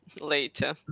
later